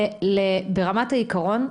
ברמת העיקרון,